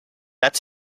that